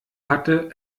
hatte